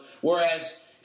Whereas